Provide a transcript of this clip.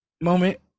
moment